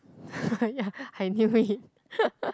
ya I knew it